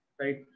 Right